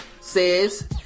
says